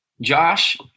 Josh